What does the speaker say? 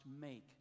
make